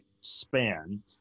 span